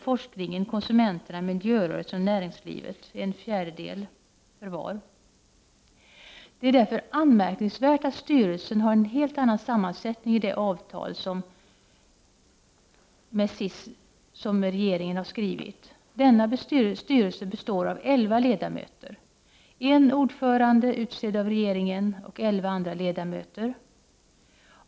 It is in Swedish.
forskningen, konsumenterna, miljörörelsen och näringslivet med en fjärdedel var. Det är därför anmärkningsvärt att styrelsen har en helt annan sammansättning i det avtal med SIS som regeringen har träffat. Denna styrelse består av elva ledamöter — en ordförande utsedd av regeringen och elva andra ledamöter.